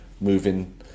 moving